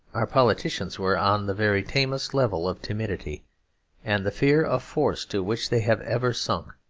our politicians were on the very tamest level of timidity and the fear of force to which they have ever sunk.